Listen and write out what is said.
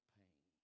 pain